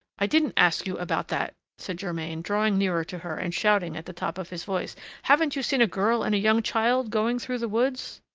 i didn't ask you about that, said germain, drawing nearer to her and shouting at the top of his voice haven't you seen a girl and a young child going through the woods?